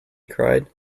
cried